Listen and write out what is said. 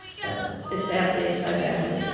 but it's out there so badly.